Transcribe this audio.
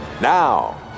Now